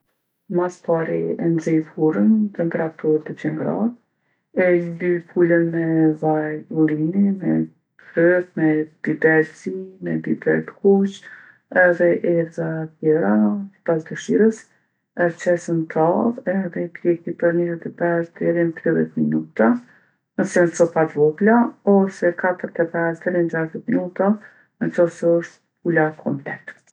Mas pari e nxej furrën n'temperaturë dyqin gradë. E lyj pulën me vaj ullini, me kryp, me biber t'zi, me biber t'kuq edhe erza tjera sipas dëshirës. E qes n'tavë edhe e pjeki për nizet e pesë deri n'tridhet minuta nëse jon copa t'vogla, ose katërt e pesë deri n'gjashdhet minuta n'qoftë se osht pula komplet.